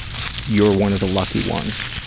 you're one of the lucky ones.